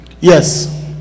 yes